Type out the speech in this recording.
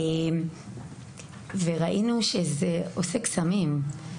וראינו שזה עושה קסמים.